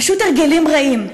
פשוט הרגלים רעים.